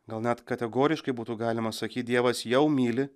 gal net kategoriškai būtų galima sakyt dievas jau myli